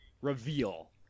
reveal